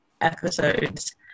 episodes